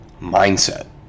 mindset